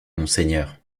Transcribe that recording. monseigneur